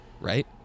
right